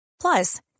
Plus